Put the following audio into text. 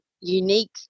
unique